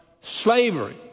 slavery